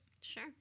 Sure